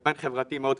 זה פן חברתי מאוד חשוב.